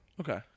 Okay